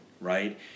right